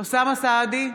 אוסאמה סעדי,